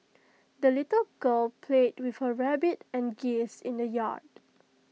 the little girl played with her rabbit and geese in the yard